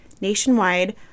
nationwide